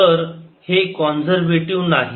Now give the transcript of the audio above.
तर हे कॉन्सर्व्हेटिव्ह नाही